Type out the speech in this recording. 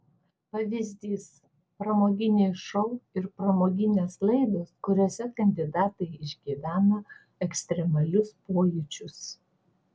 pavyzdys pramoginiai šou ir pramoginės laidos kuriose kandidatai išgyvena ekstremalius pojūčius